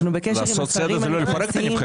אנחנו בקשר עם השרים הנכנסים.